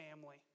family